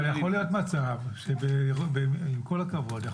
עם כל הכבוד,